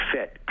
fit